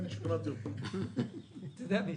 עזוב,